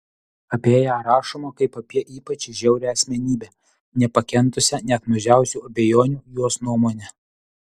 apie ją rašoma kaip apie ypač žiaurią asmenybę nepakentusią net mažiausių abejonių jos nuomone